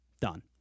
Done